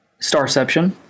Starception